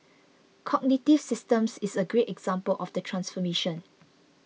Cognitive Systems is a great example of the transformation